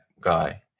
guy